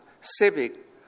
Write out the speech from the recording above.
civic